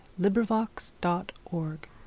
LibriVox.org